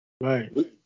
right